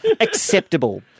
acceptable